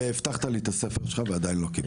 והבטחת לי את הספר שלך ועדיין לא קיבלתי.